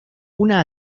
una